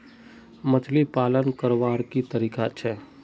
मछली पालन करवार की तरीका छे?